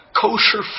kosher